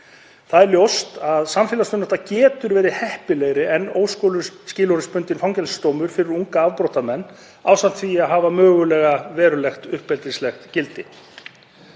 Það er ljóst að samfélagsþjónusta getur verið heppilegri en óskilorðsbundinn fangelsisdómur fyrir unga afbrotamenn ásamt því að hafa mögulega verulegt uppeldislegt gildi.